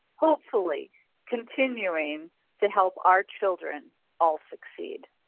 hopefully continuing to help our children all succeed.